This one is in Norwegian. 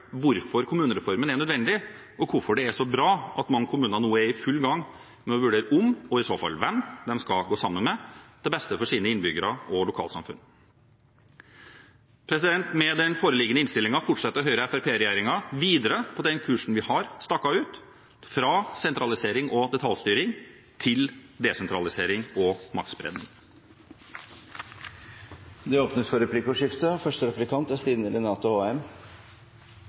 hvorfor kommunereformen er nødvendig, og hvorfor det er bra at så mange kommuner nå er i full gang med å vurdere om og i så fall hvem de skal gå sammen med, til beste for sine innbyggere og lokalsamfunn. Med den foreliggende innstillingen fortsetter Høyre–Fremskrittsparti-regjeringen videre på den kursen vi har staket ut: fra sentralisering og detaljstyring til desentralisering og maktspredning. Det blir replikkordskifte. For Arbeiderpartiet er